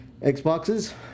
Xboxes